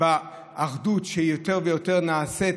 ובאחדות הפנימית שיותר ויותר נעשית,